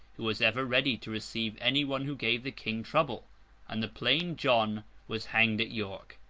who was ever ready to receive any one who gave the king trouble and the plain john was hanged at york,